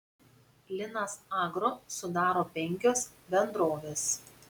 linas agro sudaro penkios bendrovės